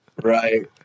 Right